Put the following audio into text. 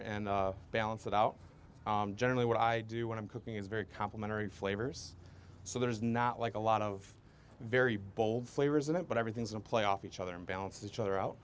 and balance that out generally what i do when i'm cooking is very complimentary flavors so there's not like a lot of very bold flavors in it but everything's in play off each other and balance each other out